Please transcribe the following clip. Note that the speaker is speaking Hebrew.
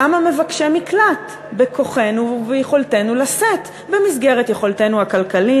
כמה מבקשי מקלט בכוחנו וביכולתנו לשאת במסגרת יכולתנו הכלכלית,